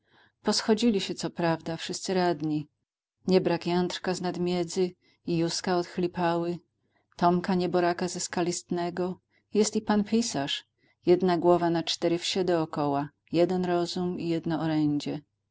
poschodzili się co prawda wszyscy radni nie brak jędrka z nad miedzy i józka od chlipały i tomka nieboraka ze skalistego jest i pan pisarz jedna głowa na cztery wsie dookoła jeden rozum i jedno orendzie